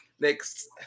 Next